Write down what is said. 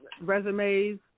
resumes